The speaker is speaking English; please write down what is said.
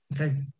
Okay